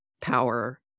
power